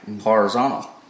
horizontal